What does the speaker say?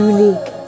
Unique